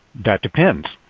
that depends.